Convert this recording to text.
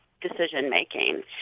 decision-making